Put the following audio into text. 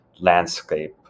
landscape